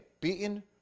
beaten